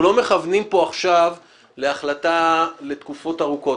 אנחנו לא מכוונים פה עכשיו להחלטה לתקופות ארוכות.